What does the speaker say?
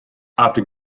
after